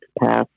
pass